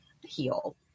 heal